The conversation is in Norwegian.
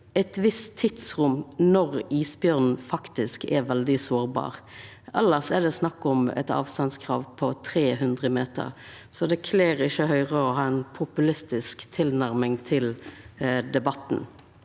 eit visst tidsrom når isbjørnen faktisk er veldig sårbar. Elles er det snakk om eit avstandskrav på 300 meter. Det kler ikkje Høgre å ha ei populistisk tilnærming til debatten.